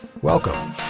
Welcome